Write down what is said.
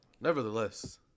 Nevertheless